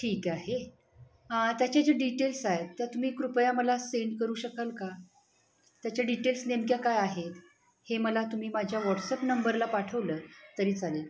ठीक आहे त्याचे जे डिटेल्स आहेत त्या तुम्ही कृपया मला सेंड करू शकाल का त्याच्या डिटेल्स नेमक्या काय आहेत हे मला तुम्ही माझ्या व्हॉट्सॲप नंबरला पाठवलं तरी चालेल